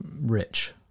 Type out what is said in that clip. rich